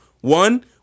One